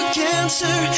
cancer